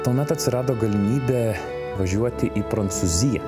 tuomet atsirado galimybė važiuoti į prancūziją